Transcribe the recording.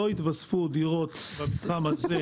לא היתוספו דירות במתחם הזה.